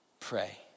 Pray